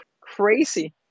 crazy